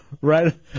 Right